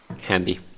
Handy